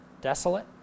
desolate